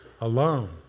alone